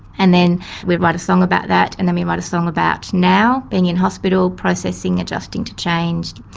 and then we write a song about that. and then we write a song about now, being in hospital, processing, adjusting to change,